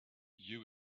you